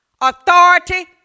authority